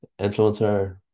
influencer